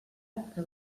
que